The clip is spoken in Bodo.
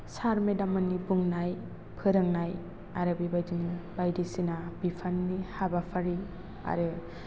सार मेडाममोननि बुंनाय फोरोंनाय आरो बे बायदिनो बायदिसिना बिफाननि हाबाफारि आरो